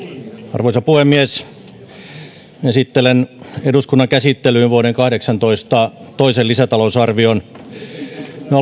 arvoisa puhemies esittelen eduskunnan käsittelyyn vuoden kahdeksantoista toisen lisätalousarvion me